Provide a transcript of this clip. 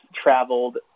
traveled